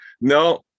No